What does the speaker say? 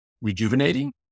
rejuvenating